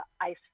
ice